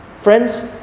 Friends